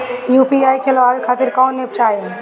UPI चलवाए के खातिर कौन एप चाहीं?